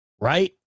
Right